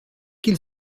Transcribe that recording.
qu’il